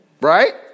right